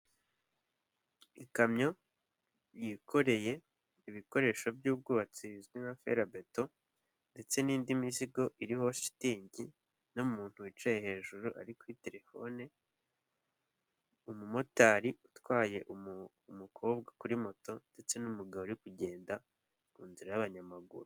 Ikamyo yikoreye ibikoresho by'ubwubatsi bizwi nka ferabeto ndetse n'indi mizigo iriho shitingi n'umuntu wicaye hejuru ari kuri terefone, umumotari utwaye umukobwa kuri moto ndetse n'umugabo uri kugenda munzira y'abanyamaguru.